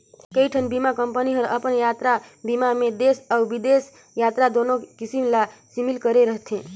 कयोठन बीमा कंपनी हर अपन यातरा बीमा मे देस अउ बिदेस यातरा दुनो किसम ला समिल करे रथे